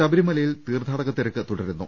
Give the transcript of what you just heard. ശബരിമലയിൽ തീർത്ഥാടനത്തിരക്ക് തുടരുന്നു